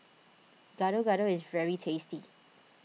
Gado Gado is very tasty